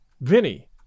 Vinny